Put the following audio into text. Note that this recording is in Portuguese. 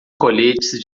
coletes